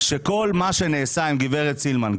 שכל מה שנעשה עם גברת סילמן,